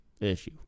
issue